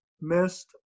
missed